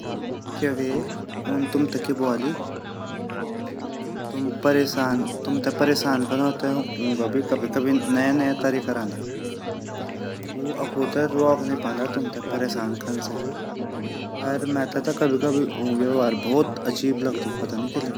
क्या वे उन तुमते क्या ब्वोली तुमते परेशान कना भी उंगा कभी-कभी नया-नया तरीका रंदा, ऊ अफु ते रोक नई पांडा तुमते परेशान कन से अर मेते ता कभी कभी ऊंगु व्यवहार भोत अजीब लगदु पता नी किले।